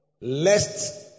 lest